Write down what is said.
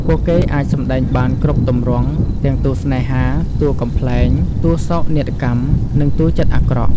ពួកគេអាចសម្តែងបានគ្រប់ទម្រង់ ទាំងតួស្នេហា តួកំប្លែង តួសោកនាដកម្ម និងតួចិត្តអាក្រក់។